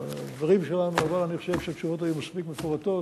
אבל אני חושב שהתשובות היו מספיק מפורטות